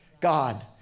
God